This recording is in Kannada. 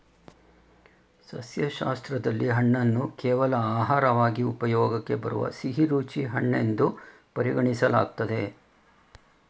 ಸಸ್ಯಶಾಸ್ತ್ರದಲ್ಲಿ ಹಣ್ಣನ್ನು ಕೇವಲ ಆಹಾರವಾಗಿ ಉಪಯೋಗಕ್ಕೆ ಬರುವ ಸಿಹಿರುಚಿ ಹಣ್ಣೆನ್ದು ಪರಿಗಣಿಸಲಾಗ್ತದೆ